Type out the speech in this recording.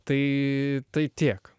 tai tai tiek